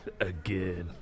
Again